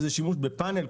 וזה השימוש בפאנל.